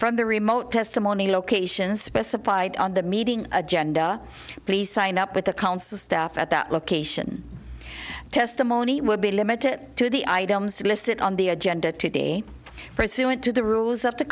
from the remote testimony locations specified on the meeting agenda please sign up with the council staff at that location testimony will be limited to the items listed on the agenda today pursuant to the rules of the